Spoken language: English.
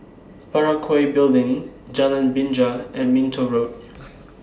Parakou Building Jalan Binja and Minto Road